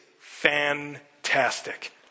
fantastic